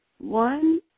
one